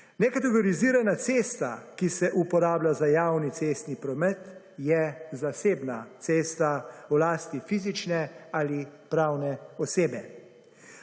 Nekategorizirana cesta, ki se uporablja za javni cestni promet, je zasebna cesta v lasti fizične ali pravne osebe.